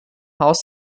haus